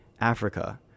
Africa